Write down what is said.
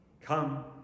Come